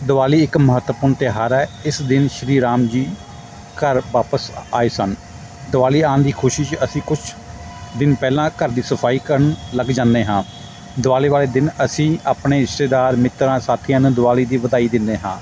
ਦਿਵਾਲੀ ਇੱਕ ਮਹੱਤਵਪੂਰਨ ਤਿਉਹਾਰ ਹੈ ਇਸ ਦਿਨ ਸ਼੍ਰੀ ਰਾਮ ਜੀ ਘਰ ਵਾਪਸ ਆਏ ਸਨ ਦਿਵਾਲੀ ਆਉਣ ਦੀ ਖੁਸ਼ੀ 'ਚ ਅਸੀਂ ਕੁਛ ਦਿਨ ਪਹਿਲਾਂ ਘਰ ਦੀ ਸਫ਼ਾਈ ਕਰਨ ਲੱਗ ਜਾਂਦੇ ਹਾਂ ਦਿਵਾਲੀ ਵਾਲੇ ਦਿਨ ਅਸੀਂ ਆਪਣੇ ਰਿਸ਼ਤੇਦਾਰ ਮਿੱਤਰਾਂ ਸਾਥੀਆਂ ਨੂੰ ਦਿਵਾਲੀ ਦੀ ਵਧਾਈ ਦਿੰਦੇ ਹਾਂ